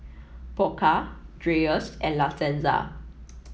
Pokka Dreyers and La Senza